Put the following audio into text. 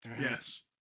Yes